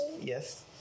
Yes